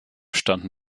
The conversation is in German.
standen